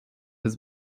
his